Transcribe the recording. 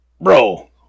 Bro